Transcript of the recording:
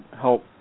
help